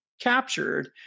captured